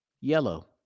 yellow